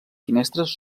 finestres